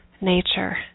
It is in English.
nature